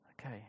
Okay